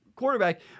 quarterback